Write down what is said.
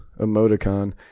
Emoticon